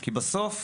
בסוף,